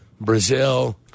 Brazil